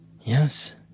Yes